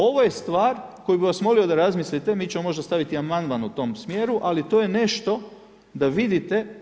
Ovo je stvar koju bi vas molio da razmislite, mi ćemo možda staviti amandman u tom smjeru, ali to je nešto da vidite.